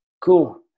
cool